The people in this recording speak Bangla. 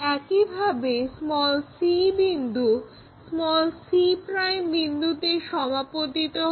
একইভাবে c বিন্দু c বিন্দুতে সমাপতিত হয়